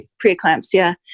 preeclampsia